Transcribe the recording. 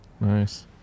Nice